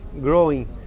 growing